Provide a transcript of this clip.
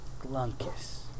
Glunkus